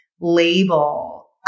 label